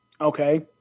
Okay